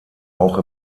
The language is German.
auch